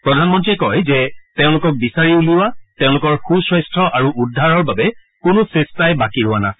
প্ৰধানমন্ত্ৰীয়ে কয় যে তেওঁলোকক বিচাৰি উলিওৱা তেওঁলোকৰ সু স্বাস্থ্য আৰু উদ্ধাৰৰ বাবে কোনো চেষ্টাই বাকী ৰোৱা নাছিল